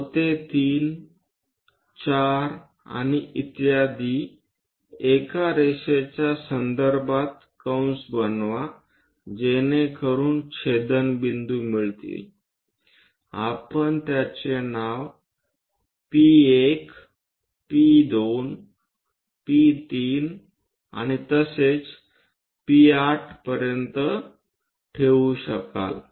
O ते 3 4 आणि इत्यादी एका रेषेच्या संदर्भात कंस बनवा जेणेकरुन छेदनबिंदू मिळतील आपण त्याचे नाव P1 P2 P3 आणि P8 वर ठेवू शकाल